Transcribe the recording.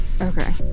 Okay